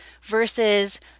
versus